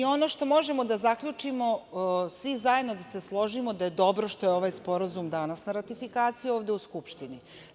Ono što možemo da zaključimo svi zajedno da se složimo da je dobro što je ovaj Sporazum danas na ratifikaciji ovde u Skupštini.